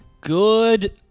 Good